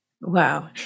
Wow